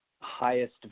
highest